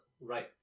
right